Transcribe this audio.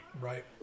Right